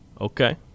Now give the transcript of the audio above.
Okay